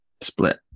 Split